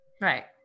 Right